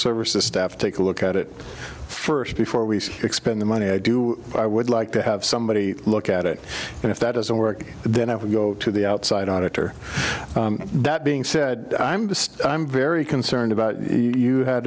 services staff take a look at it first before we expend the money i do i would like to have somebody look at it and if that doesn't work then i would go to the outside auditor that being said i'm just i'm very concerned about you